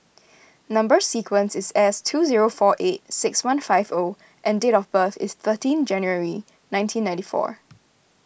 Number Sequence is S two zero four eight six one five O and date of birth is thirteen January nineteen ninety four